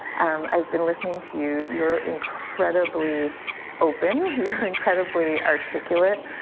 um i've been listening to you. you're incredibly open. you're incredibly articulate.